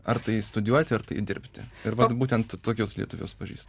ar tai studijuoti ar dirbti ir vat būtent tokius lietuvius pažįstu